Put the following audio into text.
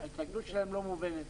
ההתנגדות שלהם לא מובנת.